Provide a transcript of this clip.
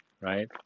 right